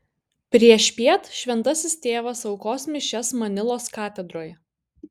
priešpiet šventasis tėvas aukos mišias manilos katedroje